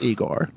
Igor